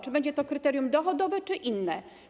Czy będzie to kryterium dochodowe czy inne?